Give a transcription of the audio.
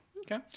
Okay